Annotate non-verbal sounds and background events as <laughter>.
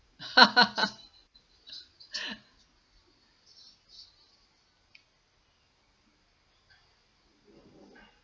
<laughs> <breath>